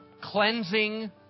cleansing